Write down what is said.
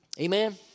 Amen